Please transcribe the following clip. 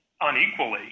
unequally